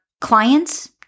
clients